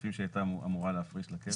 הכספים שהיא הייתה אמורה להפריש לקרן.